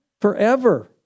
Forever